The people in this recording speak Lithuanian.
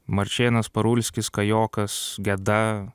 marčėnas parulskis kajokas geda